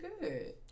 good